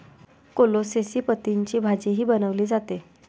कोलोसेसी पतींची भाजीही बनवली जाते